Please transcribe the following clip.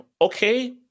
okay